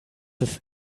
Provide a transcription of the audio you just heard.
ist